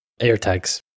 AirTags